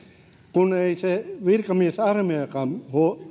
kun ei se virkamiesarmeijastakaan